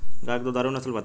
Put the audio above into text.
गाय के दुधारू नसल बताई?